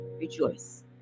rejoice